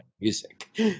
music